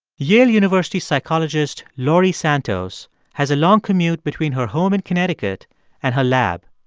yale university psychologist laurie santos has a long commute between her home in connecticut and her lab.